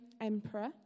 emperor